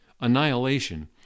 annihilation